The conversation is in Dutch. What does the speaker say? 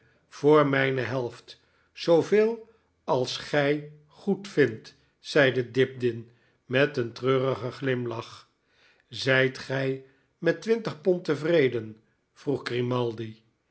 voor mijne helft zooveel als gi goedvindt zeide dibdin met een treurigen glimlach zijt gij met twintig pond tevreden vroeg